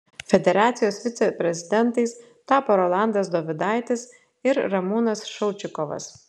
federacijos viceprezidentais tapo rolandas dovidaitis ir ramūnas šaučikovas